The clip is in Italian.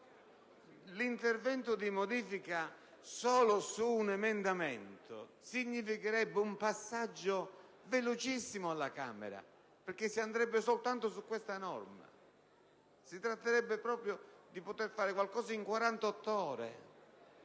L'intervento di modifica solo su un emendamento significherebbe un passaggio velocissimo alla Camera, perché riguarderebbe soltanto questa norma, si tratterebbe proprio di poter fare qualcosa in